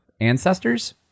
ancestors